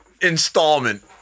installment